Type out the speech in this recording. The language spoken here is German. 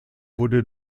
wurde